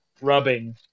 rubbing